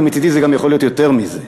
ומצדי זה גם יכול להיות יותר מזה,